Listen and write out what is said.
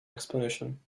explanation